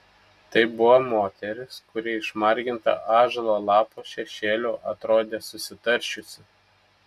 tai buvo moteris kuri išmarginta ąžuolo lapo šešėlių atrodė susitaršiusi